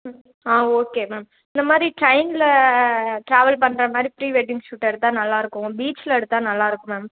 ம் ah okay ma'am இந்த மாதிரி ட்ரெயினில் ட்ராவல் பண்ணுற மாதிரி ப்ரீ வெட்டிங் ஷூட் எடுத்தால் நல்லாயிருக்கும் பீச்சில் எடுத்தால் நல்லாயிருக்கும் மேம்